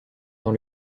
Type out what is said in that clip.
dans